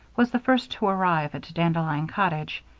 was the first to arrive at dandelion cottage.